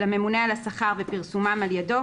לממונה על השכר ופרסומם על ידו,